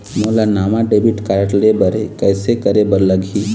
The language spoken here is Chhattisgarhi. मोला नावा डेबिट कारड लेबर हे, कइसे करे बर लगही?